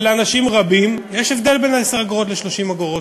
אבל לאנשים רבים יש הבדל בין 10 אגורות ל-30 אגורות,